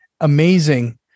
amazing